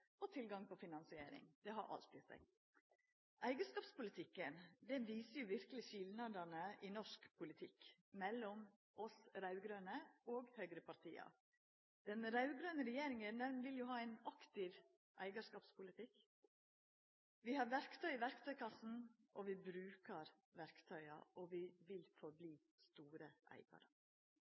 og tilgang på finansiering. Det har alt i seg. Eigarskapspolitikken viser verkeleg skilnadane i norsk politikk – mellom oss raud-grøne og høgrepartia. Den raud-grøne regjeringa vil ha ein aktiv eigarskapspolitikk. Vi har verktøy i verktøykassen. Vi brukar verktøya, og vi vil halda fram med å vera store eigarar.